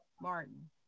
Martin